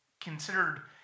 considered